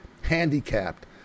handicapped